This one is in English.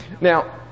Now